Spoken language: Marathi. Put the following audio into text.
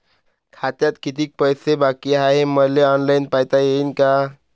खात्यात कितीक पैसे बाकी हाय हे मले ऑनलाईन पायता येईन का?